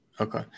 Okay